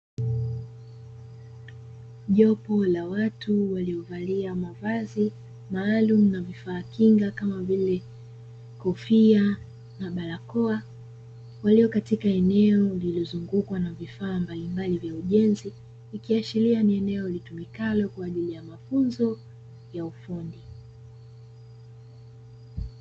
Jopo la watu waliovalia mavazi maalumu na vifaa kinga kama vile kofia, na barakoa. Walio katika eneo lililozungukwa na vifaa mbalimbali vya ujenzi, ikiashiria ni eneo litumikalo kwa ajili ya mafunzo ya ufundi.